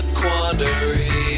quandary